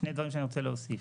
דבר שאני רוצה להוסיף.,